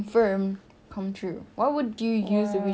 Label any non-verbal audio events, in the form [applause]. soalan apa susah lagi [laughs] saya tak tahu macam mana nak fikir